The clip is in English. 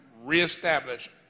Reestablish